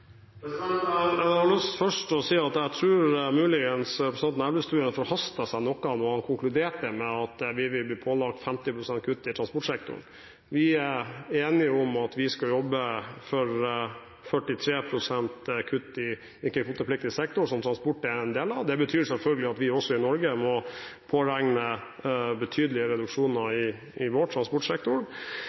Jeg har først lyst til å si at jeg tror at representanten Elvestuen muligens forhastet seg noe da han konkluderte med at vi vil bli pålagt 50 pst. kutt i transportsektoren. Vi er enige om at vi skal jobbe for 43 pst. kutt i ikke-kvotepliktig sektor, som transport er en del av. Det betyr selvfølgelig at vi også i Norge må påregne betydelige reduksjoner i vår transportsektor.